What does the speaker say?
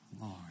Lord